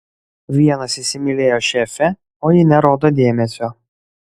vienas įsimylėjo šefę o ji nerodo dėmesio